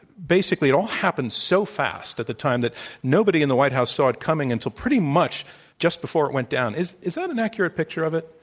basically, it all happened so fast at the time that nobody in the white house saw it coming until pretty much just before it went down. is is that an accurate picture of it?